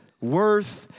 worth